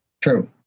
True